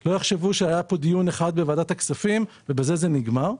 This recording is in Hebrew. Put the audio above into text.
כדי שלא יחשבו שהיה דיון אחד בוועדת הכספים ובזה זה נגמר.